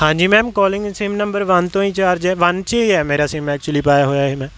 ਹਾਂਜੀ ma'am calling sim number one ਤੋਂ recharge ਹੈ ਵਨ 'ਚ ਹੀ ਹੈ ਮੇਰਾ ਸਿਮ ਐਕਚੁਲੀ ਪਾਇਆ ਹੋਇਆ ਇਹ ਮੈਂ